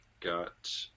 got